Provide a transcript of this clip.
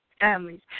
families